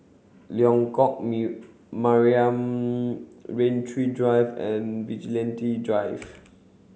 Lengkok Mariam Rain Tree Drive and Vigilante Drive